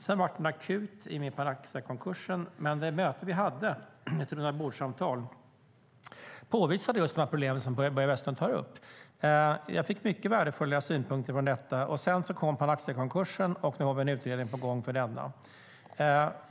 Sedan blev det akut i och med Panaxiakonkursen, men det rundabordssamtal vi hade påvisade just de problem Börje Vestlund tar upp. Jag fick mycket värdefulla synpunkter vid detta möte. Sedan kom Panaxiakonkursen, och nu har vi en utredning på gång om den.